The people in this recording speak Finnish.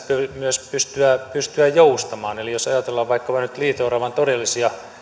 myös pystyä pystyä joustamaan eli jos ajatellaan vaikkapa nyt liito oravan todellisia